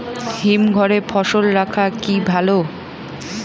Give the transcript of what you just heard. হিমঘরে ফসল রাখা কি ভালো?